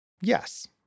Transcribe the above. Yes